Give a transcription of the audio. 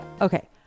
okay